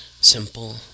simple